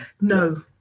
No